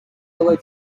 yellow